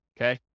okay